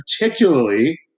Particularly